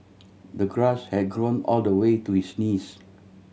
the grass had grown all the way to his knees